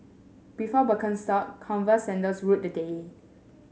before Birkenstock Converse sandals ruled the day